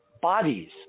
bodies